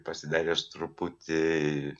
pasidaręs truputį